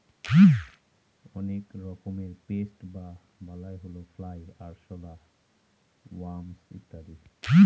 অনেক রকমের পেস্ট বা বালাই হল ফ্লাই, আরশলা, ওয়াস্প ইত্যাদি